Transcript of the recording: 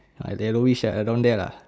uh yellowish ah around there lah